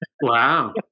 Wow